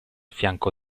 fianco